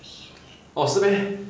oh 是 meh